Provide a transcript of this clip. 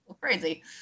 crazy